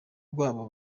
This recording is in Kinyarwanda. rw’abo